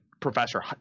professor